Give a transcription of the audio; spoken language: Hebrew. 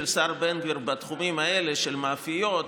השר בן גביר בתחומים האלה של מאפיות,